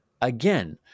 Again